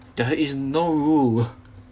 there is no rule